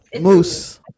Moose